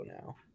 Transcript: now